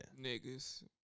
Niggas